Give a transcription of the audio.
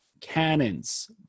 cannons